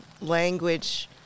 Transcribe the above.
language